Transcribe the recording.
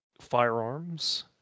firearms